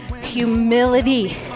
humility